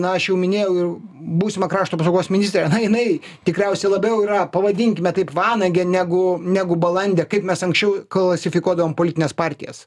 na aš jau minėjau ir būsimą krašto apsaugos ministrę jinai tikriausiai labiau yra pavadinkime taip vanagė negu negu balandė kaip mes anksčiau klasifikuodavom politines partijas